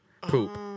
poop